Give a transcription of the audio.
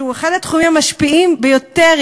שהוא אחד התחומים המשפיעים ביותר,